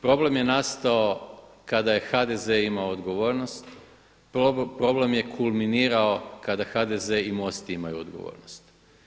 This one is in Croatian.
Problem je nastao kada je HDZ imao odgovornost, problem je kulminirao kada HDZ i MOST imaju odgovornost.